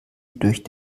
durch